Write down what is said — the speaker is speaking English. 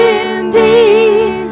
indeed